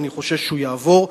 אני חושש שהוא יעבור,